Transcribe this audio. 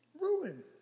Ruin